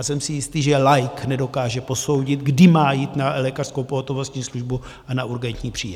Jsem si jistý, že laik nedokáže posoudit, kdy má jít na lékařskou pohotovostní službu a kdy na urgentní příjem.